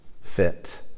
fit